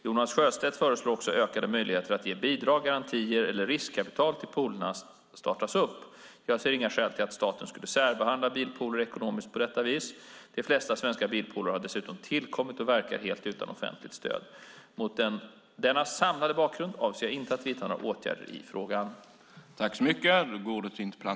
Jonas Sjöstedt föreslår också ökade möjligheter att ge bidrag, garantier eller riskkapital till poolerna när de startar upp. Jag ser inga skäl till att staten skulle särbehandla bilpooler ekonomiskt på detta vis. De flesta svenska bilpooler har dessutom tillkommit och verkar helt utan offentligt stöd. Mot denna samlade bakgrund avser jag inte att vidta några åtgärder i frågan.